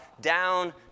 ...down